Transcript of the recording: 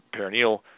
perineal